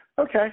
Okay